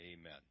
Amen